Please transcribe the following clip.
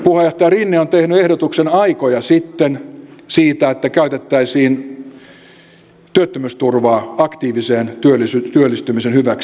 puheenjohtaja rinne on tehnyt ehdotuksen aikoja sitten siitä että käytettäisiin työttömyysturvaa aktiivisen työllistymisen hyväksi